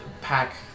pack